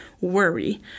worry